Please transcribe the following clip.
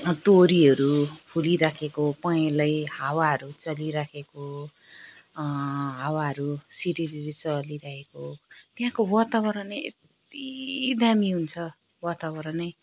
तोरीहरू फुलिरहेको पहेँलै हावाहरू चलिरहेको हावाहरू सिरिरिरी चलिरहेको त्यहाँको वातावरणै यत्ति दामी हुन्छ वातावरणै